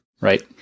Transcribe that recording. right